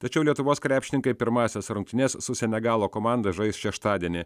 tačiau lietuvos krepšininkai pirmąsias rungtynes su senegalo komanda žais šeštadienį